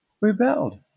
rebelled